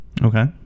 Okay